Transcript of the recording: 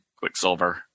Quicksilver